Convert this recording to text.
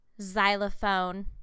Xylophone